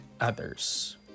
others